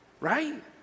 right